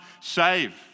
save